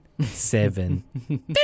seven